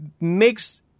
makes